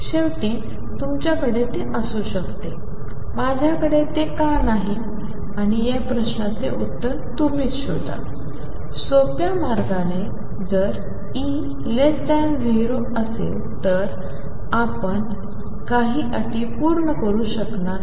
शेवटी तुमच्याकडे ते असू शकते माझ्याकडे ते का नाही आणि या प्रश्नाचे उत्तर तुम्हीच शोधा सोप्या मार्गाने जर E0 असेल तर आपण काही अटी पूर्ण करू शकणार नाही